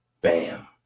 Bam